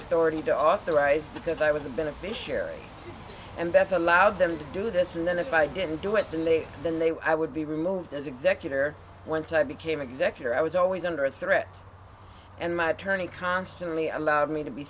authority to authorize because i was the beneficiary and bess allowed them to do this and then if i didn't do it too late then they were i would be removed as executor once i became executor i was always under threat and my attorney constantly allowed me to be